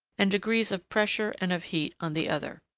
and degrees of pressure and of heat on the other.